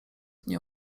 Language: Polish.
nie